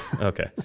Okay